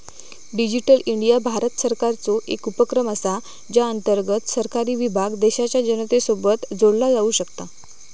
digital India Bharat सरकारचो एक उपक्रम असा ज्या अंतर्गत सरकारी विभाग देशाच्या जनतेसोबत जोडला जाऊ शकता